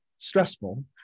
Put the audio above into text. Stressful